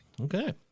Okay